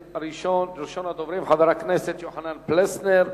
ראשון הדוברים הוא חבר הכנסת יוחנן פלסנר,